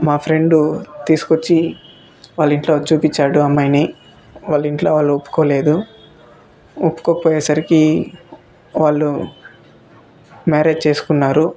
మా ఫ్రెండ్ తీసుకొచ్చి వాళ్ళ ఇంట్లో చూపించాడు ఆ అమ్మాయిని వాళ్ళ ఇంట్లో వాళ్ళు ఒప్పుకోలేదు ఒప్పుకోకపోయేసరికి వాళ్ళు మ్యారేజ్ చేసుకున్నారు